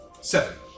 Seven